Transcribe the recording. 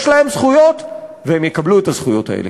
יש להם זכויות, והם יקבלו את הזכויות האלה.